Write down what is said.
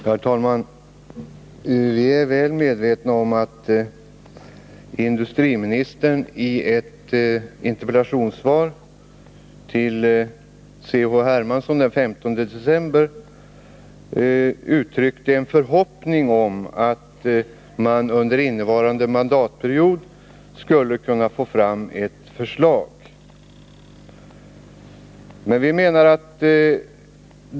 Herr talman! Vi är väl medvetna om att industriministern i ett interpellationssvar till C.-H. Hermansson den 15 december förra året uttryckte en förhoppning om att man under innevarande mandatperiod skulle kunna få fram ett förslag.